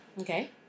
Okay